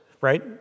right